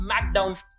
Smackdown